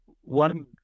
one